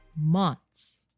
months